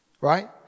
Right